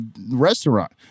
restaurant